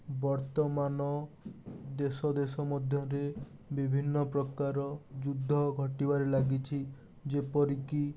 ବର୍ତ୍ତମାନ ଦେଶ ଦେଶ ମଧ୍ୟରେ ବିଭିନ୍ନପ୍ରକାର ଯୁଦ୍ଧ ଘଟିବାରେ ଲାଗିଛି ଯେପରିକି